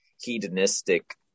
hedonistic